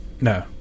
no